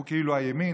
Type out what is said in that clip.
הוא כאילו הימין,